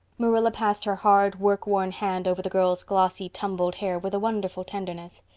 marilla passed her hard work-worn hand over the girl's glossy, tumbled hair with a wonderful tenderness.